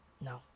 No